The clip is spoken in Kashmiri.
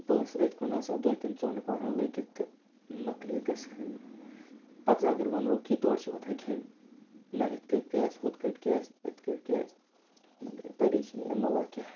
بَس أتھۍ کُن آسان دۄہ کٮ۪ن ژۄن پَہرَن لٔگِتھ تہٕ مۄکلے قٕصہٕ خٲنی پَتہٕ حظ اگر وَنہوکھ کیٚنٛہہ تورٕ چھِ وۄتھان کھٮ۪نہِ نہَ یِتھٕ پٲٹھۍ کیٛازِ ہُتھٕ پٲٹھۍ کیٛازِ یِتھٕ پٲٹھۍ کیٛازِ مۄکلے پریشٲنی اَمہِ علاوٕ کیٛاہ چھُ